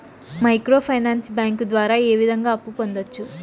micro finance bank ద్వారా ఏ విధంగా అప్పు పొందొచ్చు